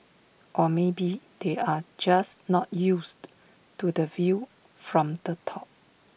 or maybe they are just not used to the view from the top